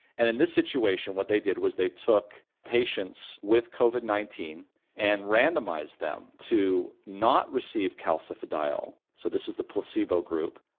and in this situation what they did was they took patients with covid nineteen and randomized them to not receive calcifediol. so this is the placebo group,